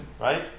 right